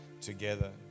together